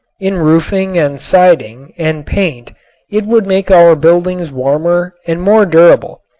in roofing and siding and paint it would make our buildings warmer and more durable.